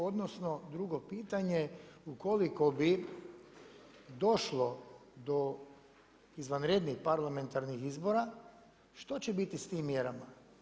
Odnosno drugo pitanje ukoliko bi došlo do izvanrednih parlamentarnih izbora što će biti s tim mjerama?